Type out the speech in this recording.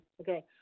Okay